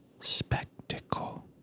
spectacle